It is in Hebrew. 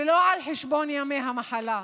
ולא על חשבון ימי המחלה.